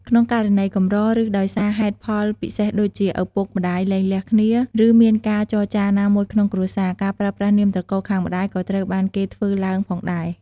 ក្នុងករណីកម្រ ឬ ដោយសារហេតុផលពិសេសដូចជា ឱពុកម្ដាយលែងលះគ្នា ឬ មានការចចារណាមួយក្នុងគ្រួសារ ការប្រើប្រាស់នាមត្រកូលខាងម្តាយក៏ត្រូវបានគេធ្វើឡើងផងដែរ។